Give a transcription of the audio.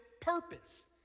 purpose